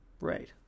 Right